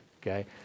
okay